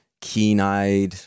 keen-eyed